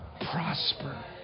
prosper